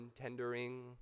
tendering